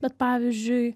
bet pavyzdžiui